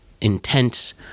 intense